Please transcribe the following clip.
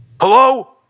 hello